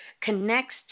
connects